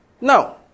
Now